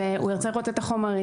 והוא ירצה לראות את החומרים,